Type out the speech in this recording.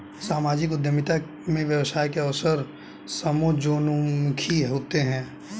सामाजिक उद्यमिता में व्यवसाय के अवसर समाजोन्मुखी होते हैं